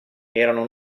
erano